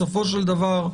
בסופו של דבר,